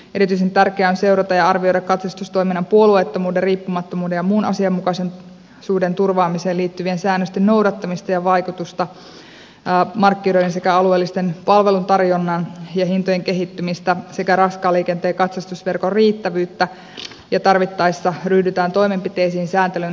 erityisen tärkeää on seurata ja arvioida katsastustoiminnan puolueettomuuden riippumattomuuden ja muun asianmukaisuuden turvaamiseen liittyvien säännösten noudattamista ja vaikutusta markkinoiden sekä alueellisen palveluntarjonnan ja hintojen kehittymistä sekä raskaan liikenteen katsastusverkon riittävyyttä ja tarvittaessa ryhdytään toimenpiteisiin sääntelyn tarkistamiseksi